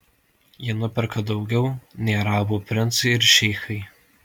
jie nuperka daugiau nei arabų princai ir šeichai